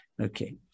okay